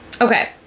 Okay